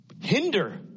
hinder